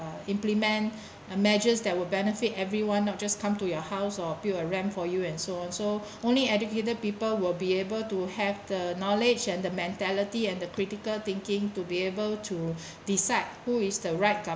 uh implement a measures that will benefit everyone not just come to your house or build a ramp for you and so on so only educated people will be able to have the knowledge and the mentality and the critical thinking to be able to decide who is the right